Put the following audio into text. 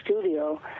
studio